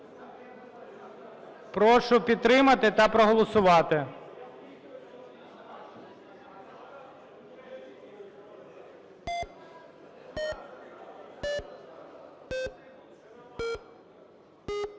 Прошу підтримати та проголосувати.